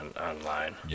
online